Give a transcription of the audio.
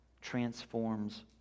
transforms